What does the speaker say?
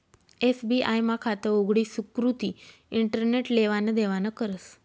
SBI मा खातं उघडी सुकृती इंटरनेट लेवान देवानं करस